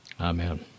Amen